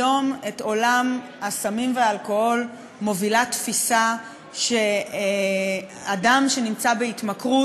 היום את עולם הסמים והאלכוהול מובילה התפיסה שאדם שנמצא בהתמכרות,